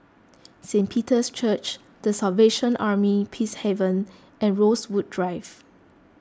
Saint Peter's Church the Salvation Army Peacehaven and Rosewood Drive